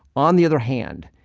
on the other hand,